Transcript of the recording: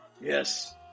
Yes